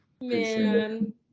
man